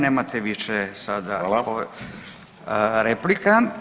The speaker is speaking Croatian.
Nemate više sada replika.